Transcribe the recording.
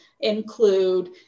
include